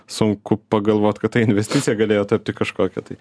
sunku pagalvot kad ta investicija galėjo tapti kažkokia tai